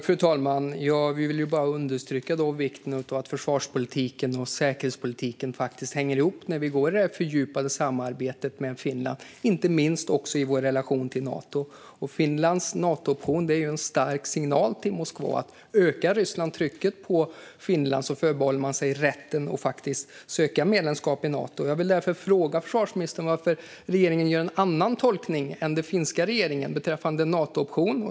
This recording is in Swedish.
Fru talman! Vi vill understryka vikten av att försvarspolitiken och säkerhetspolitiken hänger ihop när vi går in i det fördjupade samarbetet med Finland. Det gäller inte minst vår relation till Nato. Finlands Natooption är en stark signal till Moskva - ökar Ryssland trycket på Finland förbehåller man sig rätten att söka medlemskap i Nato. Jag vill därför fråga försvarsministern varför den svenska regeringen gör en annan tolkning än den finländska beträffande en Natooption.